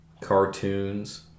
Cartoons